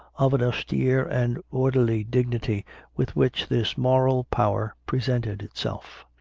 of an austere and orderly dignity with which this moral power presented itself.